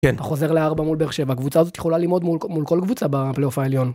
כן. חוזר לארבע מול בערך שבע. הקבוצה הזאת יכולה ללמוד מול כל קבוצה בפלייאוף העליון.